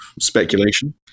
speculation